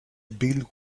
bill